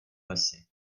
lesy